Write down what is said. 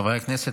חברי הכנסת,